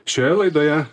šioje laidoje